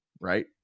right